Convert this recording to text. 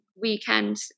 weekend